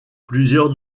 plusieurs